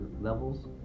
levels